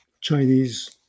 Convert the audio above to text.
Chinese